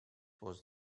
was